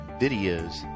videos